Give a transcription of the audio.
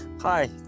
Hi